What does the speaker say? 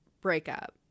breakup